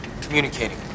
Communicating